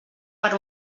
per